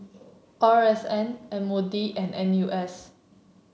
R S N M O D and N U S